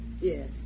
Yes